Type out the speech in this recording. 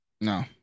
No